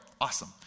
Awesome